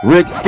Rick